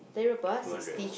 two hundred